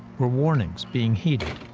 were warnings being heeded?